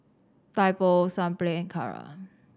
Typo Sunplay and Kara